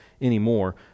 anymore